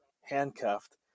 handcuffed